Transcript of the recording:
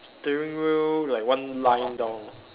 steering wheel like one line down